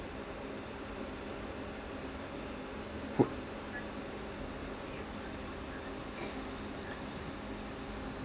who